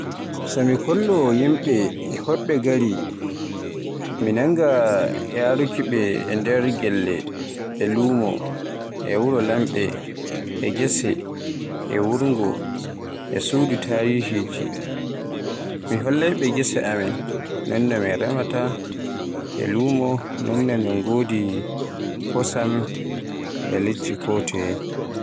So mi kollowo yimɓe e hoɓɓe gari mi nanga yaruuki ɓe nder gelle e lumo e wuro lamɓe e gese e wurngo, e suudu tarishiji. Mi hollay ɓe gese men non no min remaata, e lumo min godi kosam e liɗɗi ko toye.